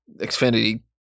Xfinity